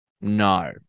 No